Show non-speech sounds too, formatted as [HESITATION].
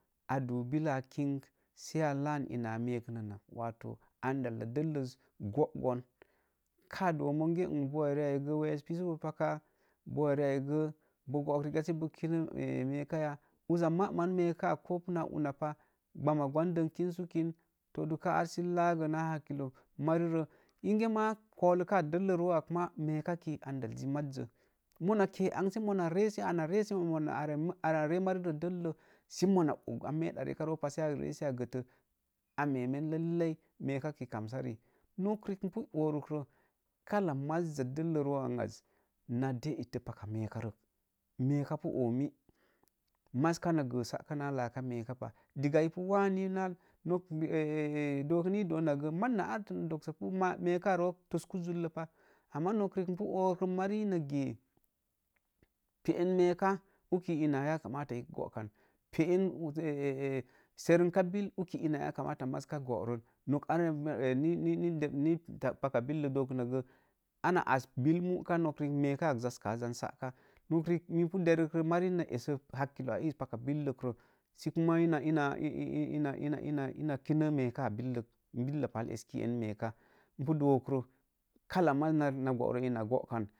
A duu billaa a king sə a laan ina a meekinan, wato andal delləz gogoon kaa doo monge n boowa rii ai ge wes pisobopa ka̱a. Boo a rii ai ge, boo bo nga sə boo kinə [HESITATION] meeka ya. maman me̱ekaa, ko puna naa gbamma gwan dom kinsukin ha sə laagə naa hakilo mari ree, inge maa, kolokaa dellə roo ak maa, meekaki, andal ji mazzə, mona, kee an si mong ree, si mona [UNINTELLIGIBLE] ana ree man rə dellə, si mona oga meeda veeka roo pa, si a ree si a gətə, a meemen lailai, me̱e̱ka ki kansa rii. Nok riik upu oorukro, kalla mazza dello roon aza, na deidə paka meeka rek, meeka pu oomi maz kana gə saka naa laa ka mee ka pa. Digga ipu wanni naa nok ni ee doonak gə, na daksəpu mee kaa ro̱ok tosku jullo pah. Ama nok riik n pu orrik voo man na gee, peen me̱eka, si ina ya kamata ii ka goo kan, peen a̱a̱a̱ seremba bill uni ina yakamata mari ka goron, nok anyani ni ni doo kun nak go ana as bill mu ka nok riik me̱ekaa jaskaa jan saaka. Nok riik, mii pu derke mari na essə hakilo ae̱es paka billok ree, ina ina ina ina kinə me̱e kaa billək. Billa pal eski en me̱eka, n pu doo ko roo, kalla maz na gooroo ina goog kan.